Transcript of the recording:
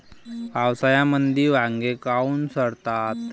पावसाळ्यामंदी वांगे काऊन सडतात?